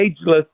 ageless